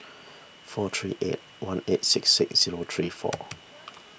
four three eight one eight six six zero three four